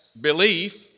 belief